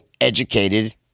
educated